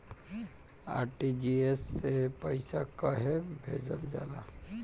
RTGS से पइसा कहे भेजल जाला?